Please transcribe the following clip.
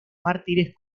mártires